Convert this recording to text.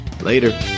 Later